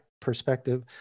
perspective